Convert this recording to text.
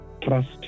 trust